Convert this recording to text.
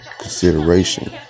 consideration